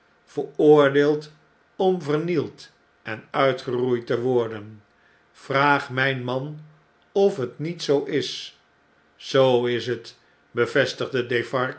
veroordeeld om vernield en uitgeroeid te worden vraag mjjn man of het niet zoo is azoo is het bevestigde